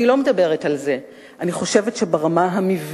אני לא מדברת על זה, אלא על כך שברמה המבנית,